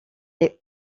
est